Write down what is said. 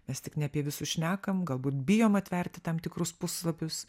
mes tik ne apie visus šnekam galbūt bijom atverti tam tikrus puslapius